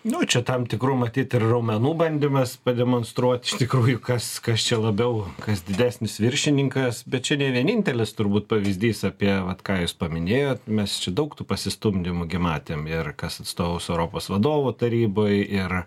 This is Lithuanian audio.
nu čia tam tikrų matyt ir raumenų bandymas pademonstruoti iš tikrųjų kas kas čia labiau kas didesnis viršininkas bet čia ne vienintelis turbūt pavyzdys apie vat ką jūs paminėjot mes čia daug tų pasistumdymų gi matėm ir kas atstovaus europos vadovų tarybai ir